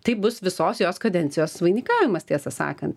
tai bus visos jos kadencijos vainikavimas tiesą sakant